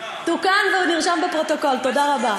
תוקן ונרשם בפרוטוקול, תודה רבה.